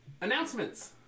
announcements